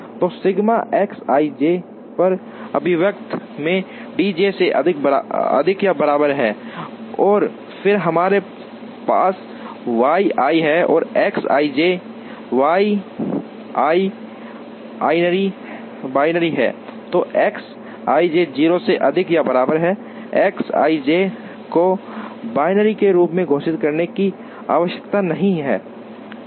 तो sigma x i j पर अभिव्यक्त मैं डी जे से अधिक या बराबर है और फिर हमारे पास वाई आई और x i j y i binary है और एक्स आईजे 0 से अधिक या बराबर है एक्स आईजे को बाइनरी के रूप में घोषित करने की आवश्यकता नहीं है चर